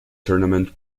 tournament